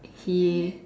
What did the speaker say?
he